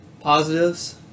positives